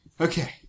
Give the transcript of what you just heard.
Okay